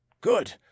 Good